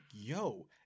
yo